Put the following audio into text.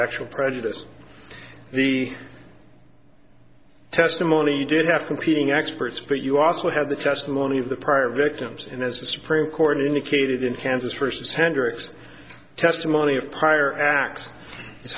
actual prejudice the testimony you did have competing experts but you also have the testimony of the prior victims and as the supreme court indicated in kansas for instance hendrix testimony of prior acts i